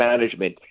management